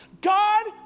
God